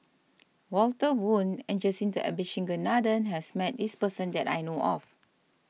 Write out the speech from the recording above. Walter Woon and Jacintha Abisheganaden has met this person that I know of